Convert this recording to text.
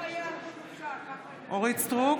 מלכה סטרוק,